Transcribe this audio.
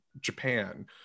Japan